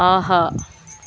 ஆஹா